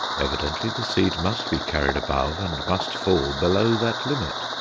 evidently the seed must be carried above and must fall below that limit,